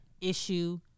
issue